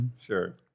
Sure